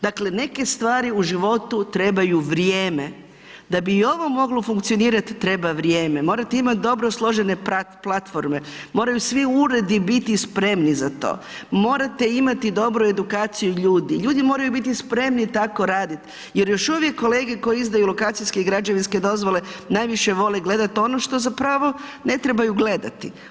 Dakle, neke stvari u životu trebaju vrijeme da bi i ovo moglo funkcionirati, treba vrijeme, morate imati dobro složene platforme, moraju svi uredi biti spremni za to, morate imati dobru edukaciju ljudi, ljudi moraju biti spremni tako raditi, jer još uvijek kolege koji izdaju lokacijske i građevinske dozvole najviše vole gledati ono što zapravo ne trebaju gledati.